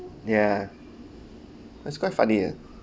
ya it's quite funny ah